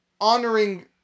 honoring